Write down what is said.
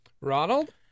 Ronald